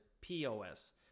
POS